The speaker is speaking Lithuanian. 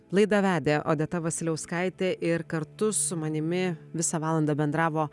laidą vedė odeta vasiliauskaitė ir kartu su manimi visą valandą bendravo